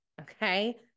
okay